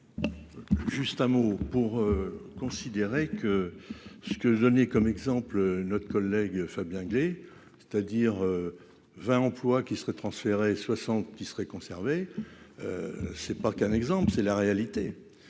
Juste un mot pour considérer que ce que j'ai donné comme exemple notre collègue Fabien, c'est-à-dire 20 emplois qui seraient transférés soixante qui seraient conservés, c'est pas qu'un exemple, c'est la réalité,